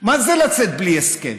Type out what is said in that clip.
מה זה לצאת בלי הסכם?